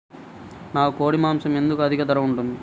నాకు కోడి మాసం ఎందుకు అధిక ధర ఉంటుంది?